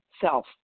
self